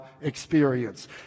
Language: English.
experience